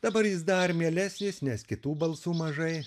dabar jis dar mielesnis nes kitų balsų mažai